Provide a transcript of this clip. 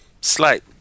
slight